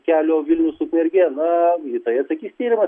kelio vilnius ukmergė na į tai atsakys tyrimas